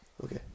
Okay